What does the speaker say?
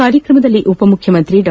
ಕಾರ್ಯಕ್ರಮದಲ್ಲಿ ಉಪ ಮುಖ್ಣಮಂತ್ರಿ ಡಾ